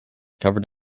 covered